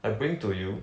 I bring to you